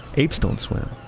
apes don't swim.